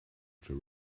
for